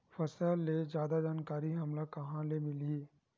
फसल के जादा जानकारी हमला कहां ले मिलही?